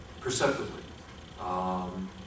perceptively